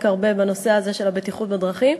שעוסק הרבה בנושא הזה של הבטיחות בדרכים,